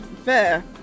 fair